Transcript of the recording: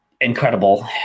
incredible